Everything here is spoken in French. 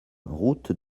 route